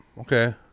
Okay